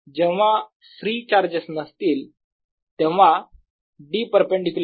जेव्हा free charges नसतील तेव्हा D परपेंडीक्युलर असेल कंटीन्यूअस